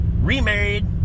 remarried